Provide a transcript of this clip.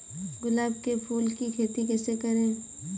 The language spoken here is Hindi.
गुलाब के फूल की खेती कैसे करें?